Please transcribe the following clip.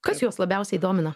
kas juos labiausiai domina